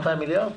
200 מיליארד?